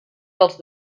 dels